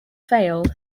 failed